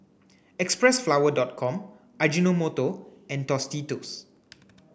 Xpressflower dot com Ajinomoto and Tostitos